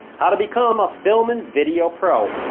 how to become a film and video pro.